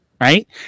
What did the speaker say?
Right